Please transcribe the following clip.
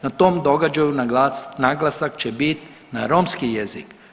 Na tom događaju naglasak će biti na romski jezik.